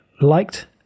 liked